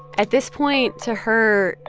at this point, to her,